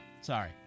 Sorry